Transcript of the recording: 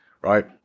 right